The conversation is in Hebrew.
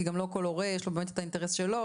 כי גם לא כל הורה - יש לו באמת את האינטרס שלו,